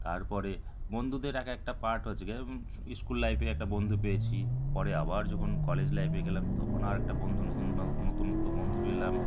তারপরে বন্ধুদের এক একেকটা পার্ট হচ্ছে গিয়ে ইস্কুল লাইফে একটা বন্ধু পেয়েছি পরে আবার যখন কলেজ লাইফে গেলাম তখন আরকটা বন্ধু নূতন নতুনত্ব বন্ধু পেলাম